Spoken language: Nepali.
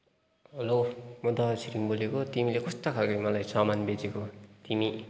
हेलो म दावा छिरिङ बोलेको तिमीले कस्तो खालको मलाई सामान बेचेको तिमी